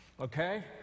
okay